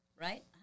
Right